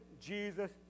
Jesus